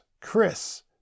Chris